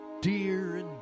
Dear